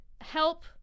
help